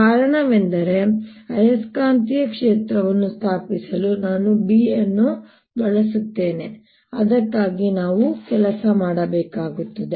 ಕಾರಣವೆಂದರೆ ಆಯಸ್ಕಾಂತೀಯ ಕ್ಷೇತ್ರವನ್ನು ಸ್ಥಾಪಿಸಲು ನಾನು B ಅನ್ನು ಬಳಸುತ್ತೇನೆ ಅದಕ್ಕಾಗಿ ನಾವು ಕೆಲಸ ಮಾಡಬೇಕಾಗುತ್ತದೆ